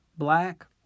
Black